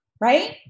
right